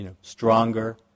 stronger